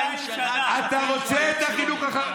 אתה רוצה את החינוך החרדי,